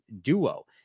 duo